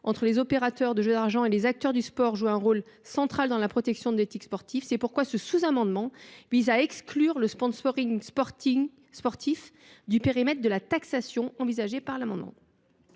entre les opérateurs de jeux d’argent et les acteurs du sport joue un rôle central dans la protection de l’éthique sportive. C’est pourquoi ce sous amendement vise à exclure le sponsoring sportif du périmètre de la taxation envisagée par les amendements